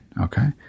okay